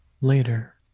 Later